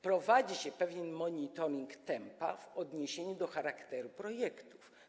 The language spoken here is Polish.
Prowadzi się pewien monitoring tempa w odniesieniu do charakteru projektów.